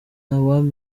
ibyo